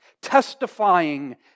Testifying